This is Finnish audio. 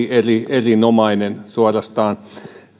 erinomainen suorastaan